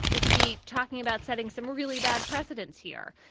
we could be talking about setting some really bad precedents here.